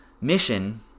mission